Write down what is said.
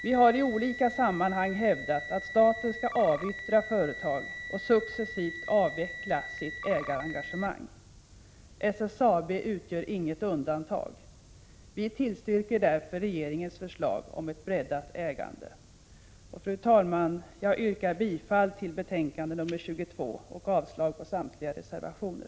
Vi har i olika sammanhang hävdat att staten skall avyttra företag och successivt avveckla sitt ägarengagemang. SSAB utgör inget undantag. Vi tillstyrker därför regeringens förslag om ett breddat ägande. Fru talman! Jag yrkar bifall till utskottets hemställan i betänkande 22 och avslag på samtliga reservationer.